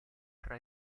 tra